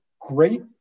great